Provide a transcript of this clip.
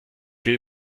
will